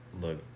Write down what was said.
Look